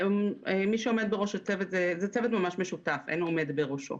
זה צוות משותף, אין מי שעומד בראשו.